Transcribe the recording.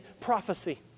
prophecy